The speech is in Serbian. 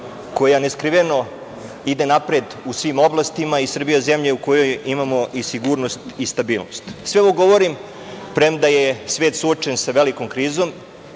koja neskriveno ide napred u svim oblastima i Srbija je zemlja u kojoj imamo i sigurnost i stabilnost. Sve ovo govorim, premda je svet suočen sa velikom krizom